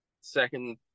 Second